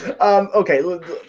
Okay